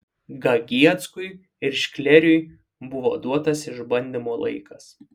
gegieckui ir šklėriui buvo duotas išbandymo laikas